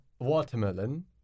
watermelon